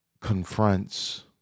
confronts